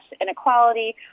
inequality